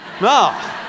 no